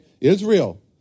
Israel